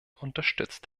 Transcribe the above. unterstützt